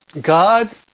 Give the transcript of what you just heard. God